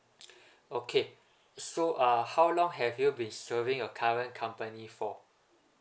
okay so uh how long have you been serving your current company for